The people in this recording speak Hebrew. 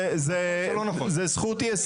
זה זכות יסוד.